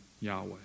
Yahweh